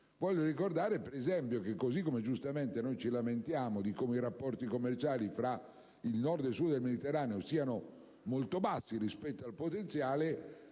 Voglio ricordare, per esempio, che così come giustamente ci lamentiamo del fatto che i rapporti commerciali tra Nord e Sud del Mediterraneo siano molto bassi rispetto al potenziale,